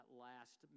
last